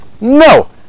No